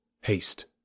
Haste